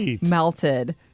melted